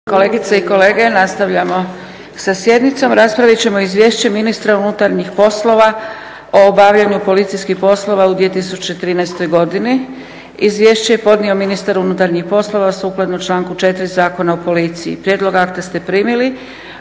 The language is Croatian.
Kolegice i kolege, nastavljamo sa sjednicom. Raspravit ćemo 2. Izvješće ministra unutarnjih poslova o obavljanju policijskih poslova u 2013. Izvješće je podnio ministar unutarnjih poslova sukladno članku 4. Zakona o policiji. Prijedlog akta ste primili.